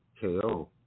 KO